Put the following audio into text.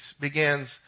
begins